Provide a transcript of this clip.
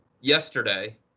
yesterday